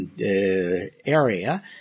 area